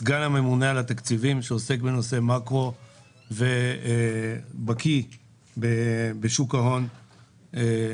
סגן הממונה על התקציבים שעוסק בנושאי מקרו ובקי בשוק ההון בארץ,